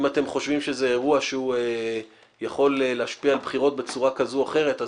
אם אתם חושבים שזה אירוע שיכול להשפיע על הבחירות בצורה כזו או אחרת,